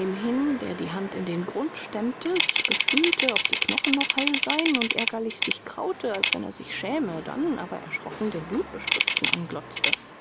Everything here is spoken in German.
der die hand in den grund stemmte sich befühlte ob die knochen noch heil seien und ärgerlich sich kraute als wenn er sich schäme dann aber erschrocken den blutbespritzten anglotzte